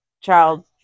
child